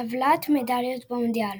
טבלת מדליות במונדיאל